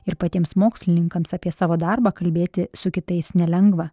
ir patiems mokslininkams apie savo darbą kalbėti su kitais nelengva